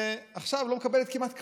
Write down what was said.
עכשיו לא מקבלת כמעט כלום.